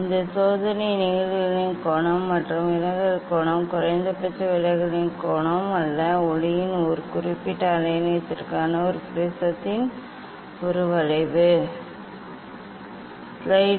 இந்த சோதனை நிகழ்வுகளின் கோணம் மற்றும் விலகல் கோணம் குறைந்தபட்ச விலகலின் கோணம் அல்ல ஒளியின் ஒரு குறிப்பிட்ட அலைநீளத்திற்கான ஒரு ப்ரிஸின் இந்த வளைவு